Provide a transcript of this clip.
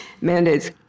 mandates